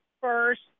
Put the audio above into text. first